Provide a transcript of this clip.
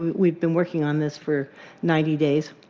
we have been working on this for ninety days.